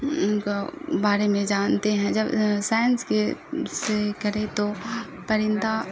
ان کو بارے میں جانتے ہیں جب سائنس کے سے کرے تو پرندہ